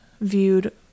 viewed